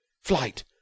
flight